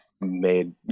made